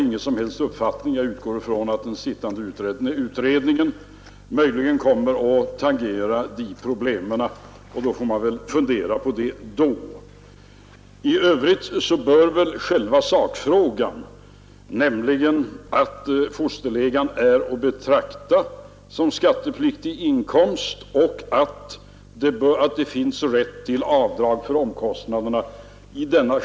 Jag utgår ifrån att den sittande utredningen kommer att tangera dessa problem, och man får väl fundera på saken, när utredningen framlagt sitt betänkande. I själva sakfrågan torde det väl efter vår debatt här i dag inte råda några oklarheter. Fosterlegan är att betrakta som skattepliktig inkomst, och det föreligger rätt till avdrag för omkostnaderna.